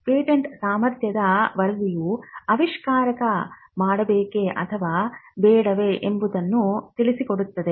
patent ಸಾಮರ್ಥ್ಯದ ವರದಿಯು ಆವಿಷ್ಕಾರ ಮಾಡಬೇಕೇ ಅಥವಾ ಬೇಡವೇ ಎಂಬುದನ್ನು ತಿಳಿಸಿಕೊಡುತ್ತದೆ